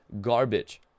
garbage